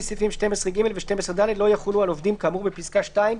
סעיפים 12ג ו־12ד לא יחולו על עובדים כאמור בפסקה (2)